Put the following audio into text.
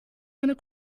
eine